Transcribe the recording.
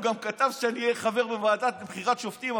הוא גם כתב שאני אהיה חבר בוועדה לבחירת שופטים.